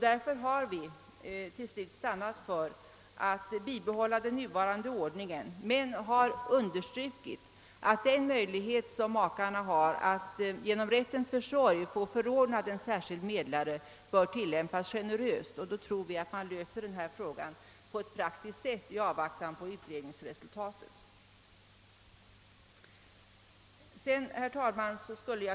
Därför har vi till slut stannat för ett bibehållande av den nuvarande ordningen. Vi har dock understrukit att den möjlighet som makarna har att genom rättens försorg få en särskild medlare förordnad bör tillämpas generöst och vi tror att det är en praktisk lösning av denna fråga i avvaktan på utredningsresultatet. Herr talman!